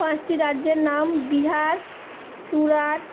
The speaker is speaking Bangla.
পাঁচটি রাজ্যের নাম বিহার সুরাট